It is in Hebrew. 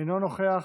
אינו נוכח,